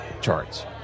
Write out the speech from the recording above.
charts